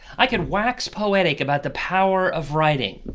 i could wax poetic about the power of writing.